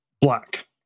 black